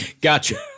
Gotcha